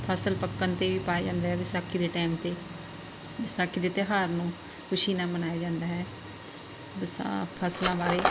ਫਸਲ ਪੱਕਣ 'ਤੇ ਵੀ ਪਾਇਆ ਜਾਂਦਾ ਵਿਸਾਖੀ ਦੇ ਟਾਈਮ 'ਤੇ ਵਿਸਾਖੀ ਦੇ ਤਿਉਹਾਰ ਨੂੰ ਖੁਸ਼ੀ ਨਾਲ ਮਨਾਇਆ ਜਾਂਦਾ ਹੈ ਵਸਾ ਫਸਲਾਂ ਬਾਰੇ